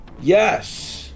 Yes